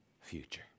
future